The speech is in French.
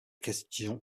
question